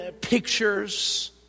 pictures